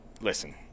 listen